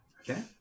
Okay